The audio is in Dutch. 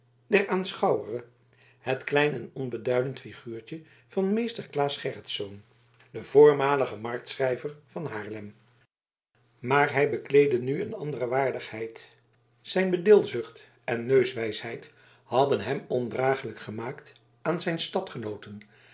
der aanschouwere het klein en onbeduidend figuurtje van meester claes gerritsz den voormaligen marktschrijver van haarlem maar hij bekleedde nu een andere waardigheid zijn bedilzucht en neuswijsheid hadden hem ondraaglijk gemaakt aan zijn